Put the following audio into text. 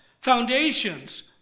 foundations